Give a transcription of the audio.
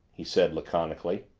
he said laconically.